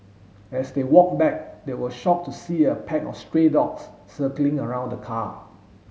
as they walked back they were shocked to see a pack of stray dogs circling around the car